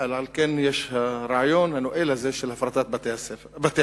ועל כן יש את הרעיון הנואל הזה של הפרטת בתי-הכלא.